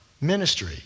ministry